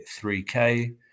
3k